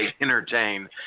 entertain